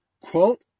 Quote